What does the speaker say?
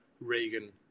Reagan